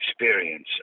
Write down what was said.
experience